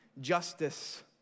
Justice